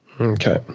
Okay